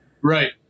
Right